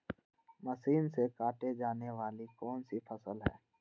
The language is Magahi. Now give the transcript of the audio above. मशीन से काटे जाने वाली कौन सी फसल है?